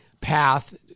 path